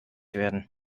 werden